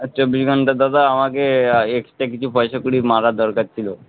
চব্বিশ ঘন্টা দাদা আমাকে এক একটু কিছু পয়সাকড়ি মারার দরকার ছিলো